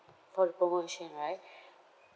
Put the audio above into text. for the promotion right